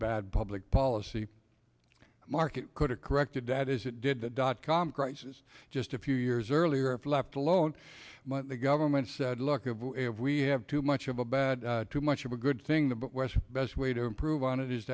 bad public policy market could have corrected that is it did the dot com crisis just a few years earlier if left alone the government said look we have too much of a bad too much of a good thing the but west best way to improve on it is